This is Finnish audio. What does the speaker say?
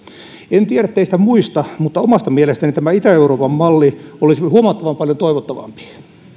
en tiedä teistä muista mutta omasta mielestäni tämä itä euroopan malli olisi huomattavan paljon toivottavampi